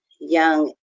young